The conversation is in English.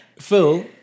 Phil